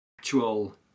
actual